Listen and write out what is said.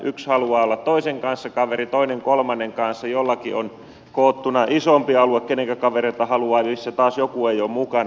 yksi haluaa olla toisen kanssa kaveri toinen kolmannen kanssa jollakin on koottuna isompi alue kenenkä kavereita haluaa missä taas joku ei ole mukana